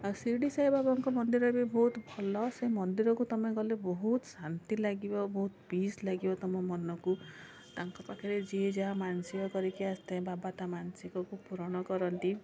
ଆଉ ଶିରିଡ଼ି ସାଇ ବାବାଙ୍କ ମନ୍ଦିର ବି ବହୁତ ଭଲ ସେ ମନ୍ଦିରକୁ ତୁମେ ଗଲେ ବହୁତ ଶାନ୍ତି ଲାଗିବ ବହୁତ ପିସ ଲାଗିବ ତୁମ ମନକୁ ତାଙ୍କ ପାଖରେ ଯିଏ ଯାହା ମାନସିକ କରିକି ଆସିଥାଏ ବାବା ତା ମାନସିକକୁ ପୂରଣ କରନ୍ତି